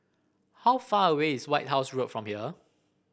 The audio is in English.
how far away is White House Road from here